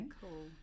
cool